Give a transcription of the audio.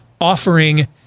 offering